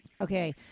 Okay